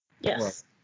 Yes